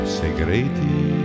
segreti